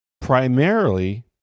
primarily